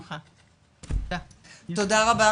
רגדה, תודה רבה.